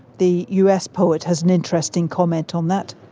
the us poet, has an interesting comment on that.